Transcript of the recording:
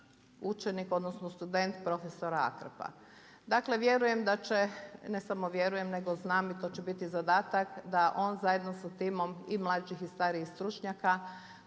učenik, odnosno student profesor Akrap. Dakle, vjerujem da će, ne samo vjerujem nego znam i to će biti zadatak da on zajedno sa timom i mlađih i starijih stručnjaka